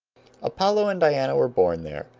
apollo and diana were born there,